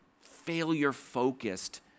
failure-focused